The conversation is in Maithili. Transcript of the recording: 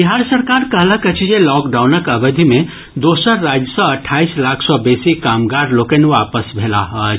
बिहार सरकार कहलक अछि जे लॉकडॉउनक अवधि मे दोसर राज्य सँ अठाईस लाख सँ बेसी कामगार लोकनि वापस भेलाह अछि